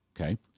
Okay